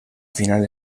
final